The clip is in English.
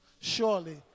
Surely